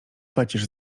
pacierz